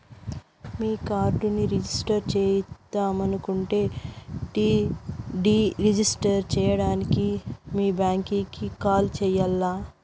మీ కార్డుని రిజిస్టర్ చెయ్యొద్దనుకుంటే deregister సేయడానికి మీ బ్యాంకీకి కాల్ సెయ్యాల్ల